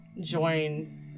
join